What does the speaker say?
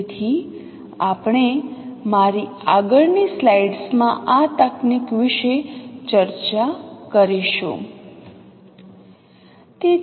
તેથી આપણે મારી આગળની સ્લાઇડ્સ માં આ તકનીક વિશે ચર્ચા કરીશું